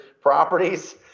properties